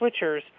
switchers